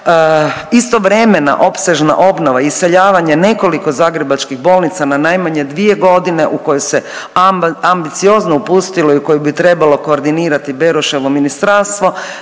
istovremena opsežna obnova i iseljavanje nekoliko zagrebačkih bolnica na najmanje dvije godine u koje se ambiciozno upustilo i koje bi trebalo koordinirati Beroševo ministarstvo